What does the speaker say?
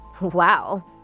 Wow